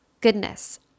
goodness